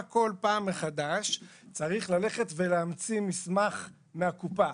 כל פעם מחדש צריך ללכת ולהמציא מסמך מהקופה?